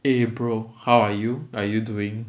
eh bro how are you are you doing